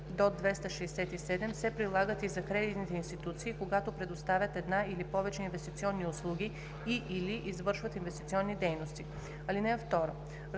263-267 се прилагат и за кредитните институции, когато предоставят една или повече инвестиционни услуги и/или извършват инвестиционни дейности. (2)